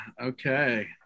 okay